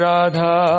Radha